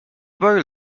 boy